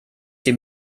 die